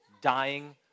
dying